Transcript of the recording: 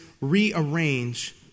rearrange